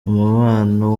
umubano